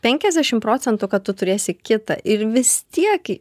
penkiasdešimt procentų kad tu turėsi kitą ir vis tiek į